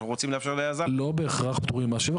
אנחנו רוצים לאפשר ליזם --- לא בהכרח פטורים ממס שבח.